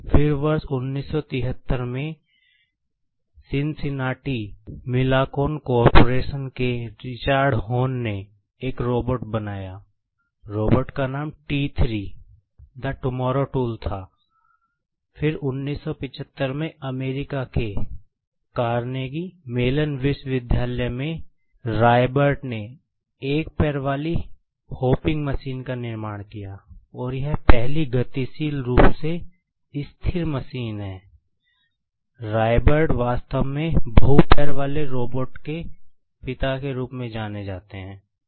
फिर वर्ष 1973 में सिनसिनाटी मिलाक्रॉन कॉरपोरेशन के पिता के रूप में जाना जाते है